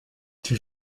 die